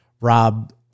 Rob